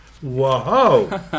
whoa